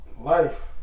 Life